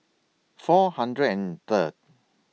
four hundred and Third